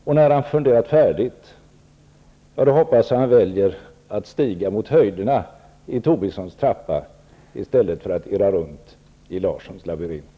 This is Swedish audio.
När han har funderat färdigt, hoppas jag att han väljer att stiga mot höjderna i Tobissons trappa i stället för att irra runt i Larssons labyrint.